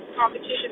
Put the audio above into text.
competition